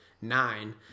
nine